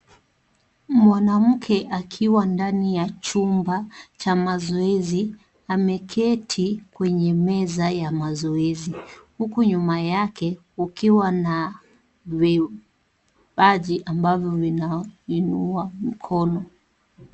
Mwanamke akiwa ndani ya chumba cha mazoezi ameketi kwenye meza ya mazoezi huku nyuma yake kukiwa na vipaji ambavyo vinainua mkono.